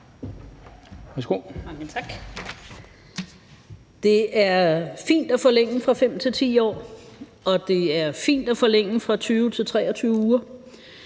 Det er fint at forlænge fra 5 til 10 år, og det er fint at forlænge fra 20 til 23 uger.